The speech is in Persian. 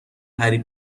هری